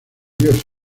dios